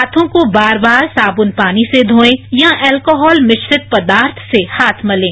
हांथों को बार बार सावन पानी से धोएं या अल्कोहल मिश्रित पदार्थ से हाथ मलें